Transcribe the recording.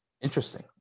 Interesting